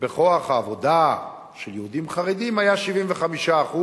בכוח העבודה של יהודים חרדים היתה 75%,